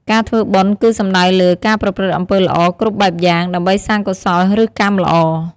ការធ្វើបុណ្យ គឺសំដៅលើ ការប្រព្រឹត្តអំពើល្អគ្រប់បែបយ៉ាង ដើម្បីសាងកុសល ឬកម្មល្អ។